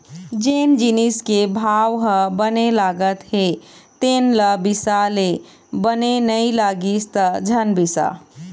जेन जिनिस के भाव ह बने लागत हे तेन ल बिसा ले, बने नइ लागिस त झन बिसा